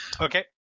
Okay